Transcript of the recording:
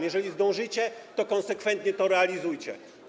Jeżeli zdążycie, to konsekwentnie to realizujcie.